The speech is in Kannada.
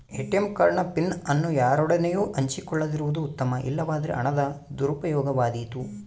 ಏಟಿಎಂ ಕಾರ್ಡ್ ನ ಪಿನ್ ಅನ್ನು ಯಾರೊಡನೆಯೂ ಹಂಚಿಕೊಳ್ಳದಿರುವುದು ಉತ್ತಮ, ಇಲ್ಲವಾದರೆ ಹಣದ ದುರುಪಯೋಗವಾದೀತು